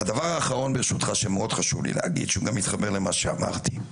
הדבר האחרון ברשותך שמאוד חשוב לי להגיד שהוא גם מתחבר למה שאמרתי,